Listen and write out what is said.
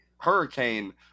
Hurricane